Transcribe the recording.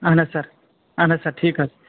اہَن حظ سَر اہَن حظ سَر ٹھیٖک حظ